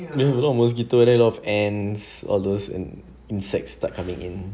you got a lot of mosquito then a lot of ants all those and insects start coming in